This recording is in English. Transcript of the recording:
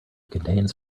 contains